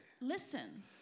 listen